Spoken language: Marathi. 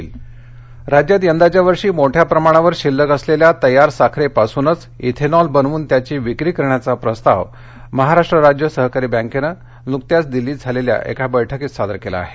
साखर इथेनॉल राज्यात यंदाच्या वर्षी मोठ्या प्रमाणावर शिल्लक असलेल्या तयार साखरेपासूनच इथेनॉल बनवून त्याची विक्री करण्याचा प्रस्ताव महाराष्ट्र राज्य सहकारी बँकेने नुकत्याच दिल्लीत झालेल्या एका बैठकीत सादर केला आहे